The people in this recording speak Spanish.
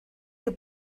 que